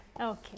Okay